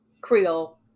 Creole